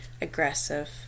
aggressive